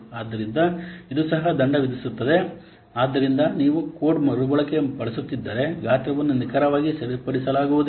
ಆದ್ದರಿಂದ ಇದು ಸಹ ದಂಡ ವಿಧಿಸುತ್ತದೆ ಆದ್ದರಿಂದ ನೀವು ಕೋಡ್ ಮರುಬಳಕೆ ಬಳಸುತ್ತಿದ್ದರೆ ಗಾತ್ರವನ್ನು ನಿಖರವಾಗಿ ಸರಿಪಡಿಸಲಾಗುವುದಿಲ್ಲ